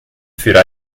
für